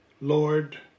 Lord